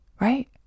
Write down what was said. Right